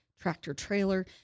tractor-trailer